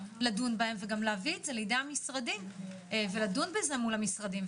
לדון בהם ולהביא את זה לידי המשרדים ולדון בזה מול המשרדים.